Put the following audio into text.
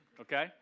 Okay